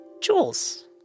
Jules